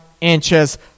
inches